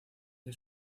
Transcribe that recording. que